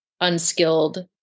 unskilled